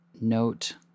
Note